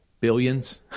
billions